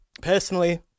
personally